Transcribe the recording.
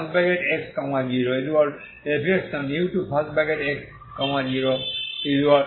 u1x0f এবং u2x0f